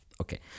Okay